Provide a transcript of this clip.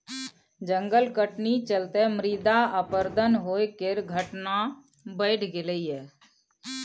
जंगल कटनी चलते मृदा अपरदन होइ केर घटना बढ़ि गेलइ यै